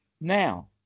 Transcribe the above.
now